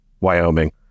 Wyoming